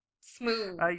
smooth